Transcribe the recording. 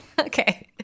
okay